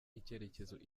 icyerekezo